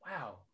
wow